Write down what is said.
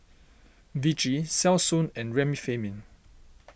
Vichy Selsun and Remifemin